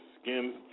skin-